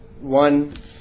One